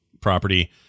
property